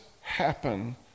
happen